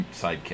sidekick